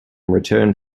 returned